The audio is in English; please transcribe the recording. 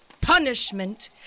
Punishment